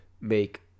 make